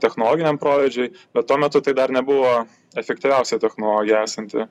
technologiniam proveržiui bet tuo metu tai dar nebuvo efektyviausia technologija esanti